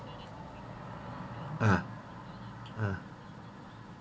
uh uh